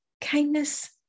Kindness